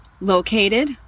Located